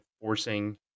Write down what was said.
forcing